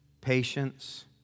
patience